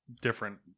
different